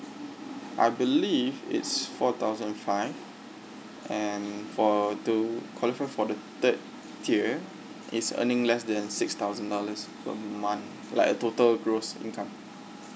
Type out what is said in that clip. I believe it's four thousand five and for to qualify for the third tier it's earning less than six thousand dollars per month like a total gross income